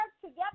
together